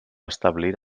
establir